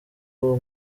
uwo